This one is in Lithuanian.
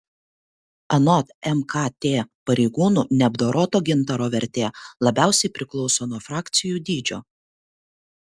anot mkt pareigūnų neapdoroto gintaro vertė labiausiai priklauso nuo frakcijų dydžio